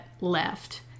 left